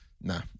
nah